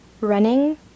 running